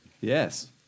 Yes